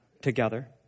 together